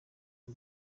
y’u